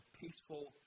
peaceful